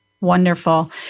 Wonderful